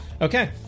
Okay